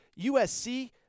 USC